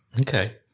okay